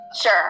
Sure